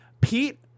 Pete